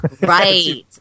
Right